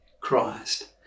Christ